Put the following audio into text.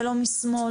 לא משמאל,